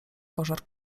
pożar